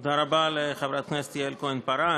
תודה רבה לחברת הכנסת יעל כהן-פארן.